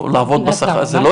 לעבוד בשכר הזה.